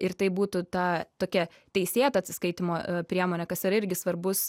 ir tai būtų ta tokia teisėta atsiskaitymo priemonė kas yra irgi svarbus